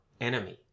enemy